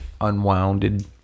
unwounded